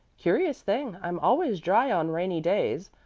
curious thing, i'm always dry on rainy days.